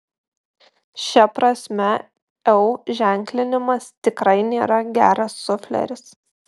šia prasme eu ženklinimas tikrai nėra geras sufleris